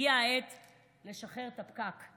הגיעה העת לשחרר את הפקק.